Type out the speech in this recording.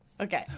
Okay